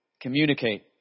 communicate